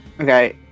Okay